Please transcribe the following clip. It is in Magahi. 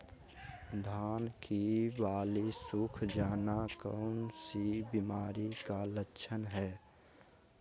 धान की बाली सुख जाना कौन सी बीमारी का लक्षण है?